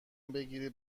بگیری